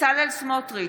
בצלאל סמוטריץ'